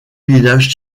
village